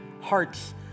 hearts